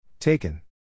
Taken